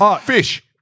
Fish